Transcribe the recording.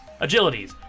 Agilities